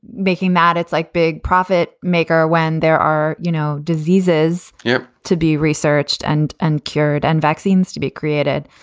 making mad. it's like big profit maker when there are, you know, diseases yeah to be researched and and cured and vaccines to be created.